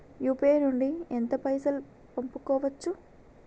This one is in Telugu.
యూ.పీ.ఐ నుండి ఎంత పైసల్ పంపుకోవచ్చు?